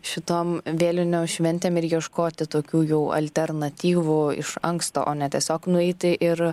šitom vėlinių šventėm ir ieškoti tokių jau alternatyvų iš anksto o ne tiesiog nueiti ir